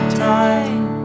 time